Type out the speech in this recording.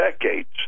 decades